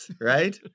right